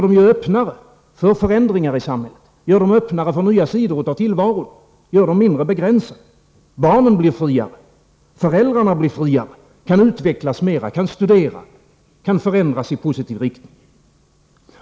De blir öppnare för förändringar i samhället, för nya sidor av tillvaron. De blir mindre begränsade. Barnen blir friare. Föräldrarna blif friare och kan utvecklas mera. De kan studera. De kan förändras i positiv riktning.